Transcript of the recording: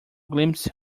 glimpsed